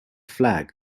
flag